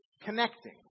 connecting